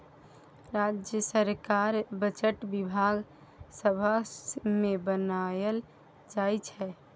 राज्य सरकारक बजट बिधान सभा मे बनाएल जाइ छै